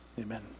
Amen